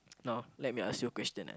now let me ask you a question ah